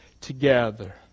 together